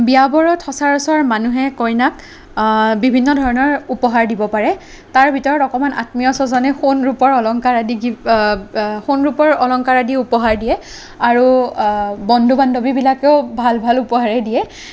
বিয়াবোৰত সঁচৰাচৰ মানুহে কইনাক বিভিন্ন ধৰণৰ উপহাৰ দিব পাৰে তাৰ ভিতৰত অকণমান আত্মীয় স্বজনে সোণ ৰূপৰ অলংকাৰ আদি গিফ্ট সোণ ৰূপৰ অলংকাৰ আদি উপহাৰ দিয়ে আৰু বন্ধু বান্ধৱীবিলাকেও ভাল ভাল উপহাৰেই দিয়ে